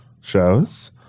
shows